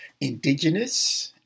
Indigenous